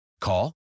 Call